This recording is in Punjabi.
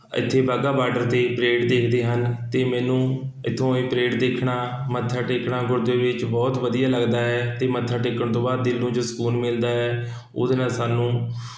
ਇੱਥੇ ਵਾਘਾ ਬਾਰਡਰ 'ਤੇ ਪਰੇਡ ਦੇਖਦੇ ਹਨ ਅਤੇ ਮੈਨੂੰ ਇੱਥੋਂ ਇਹ ਪਰੇਡ ਦੇਖਣਾ ਮੱਥਾ ਟੇਕਣਾ ਗੁਰਦੇ ਵਿੱਚ ਬਹੁਤ ਵਧੀਆ ਲੱਗਦਾ ਹੈ ਅਤੇ ਮੱਥਾ ਟੇਕਣ ਤੋਂ ਬਾਅਦ ਦਿਲ ਨੂੰ ਜੋ ਸਕੂਨ ਮਿਲਦਾ ਹੈ ਉਹਦੇ ਨਾਲ਼ ਸਾਨੂੰ